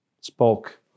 spoke